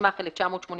התשמ"ח 1988"